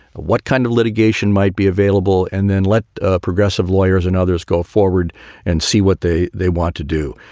what kind of litigation might be available, and then let ah progressive lawyers and others go forward and see what they they want to do.